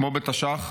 כמו בתש"ח,